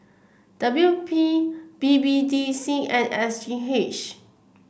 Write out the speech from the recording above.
W P B B D C and S G H